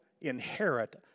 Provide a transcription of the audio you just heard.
inherit